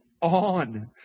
on